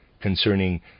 concerning